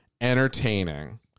entertaining